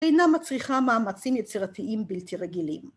‫אינה מצריכה מאמצים יצירתיים ‫בלתי רגילים.